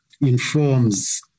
informs